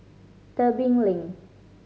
Tebing Lane